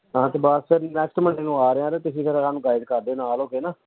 ਹਾਂ ਅਤੇ ਬਸ ਫਿਰ ਨੈਕਸਟ ਮੰਡੇ ਨੂੰ ਆ ਰਿਹਾ ਅਤੇ ਤੁਸੀਂ ਫਿਰ ਸਾਨੂੰ ਗਾਈਡ ਕਰ ਦਿਓ ਨਾਲ ਹੋ ਕੇ ਨਾ